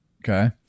Okay